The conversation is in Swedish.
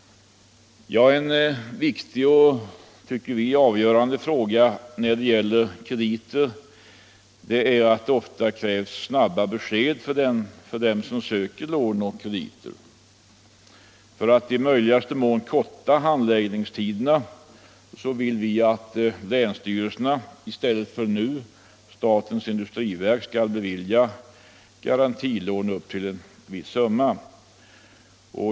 Det En viktig och avgörande fråga när det gäller krediter är att det ofta Torsdagen den krävs snabba besked för dem som söker lån och krediter. För att i möj 13 maj 1976 ligaste mån avkorta handläggningstiderna vill vi att länsstyrelserna, io stället för som nu statens industriverk, skall få bevilja garantilånen upp — Anslag till företagatill en viss summa.